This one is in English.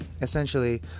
essentially